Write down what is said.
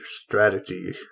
strategy